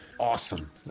Awesome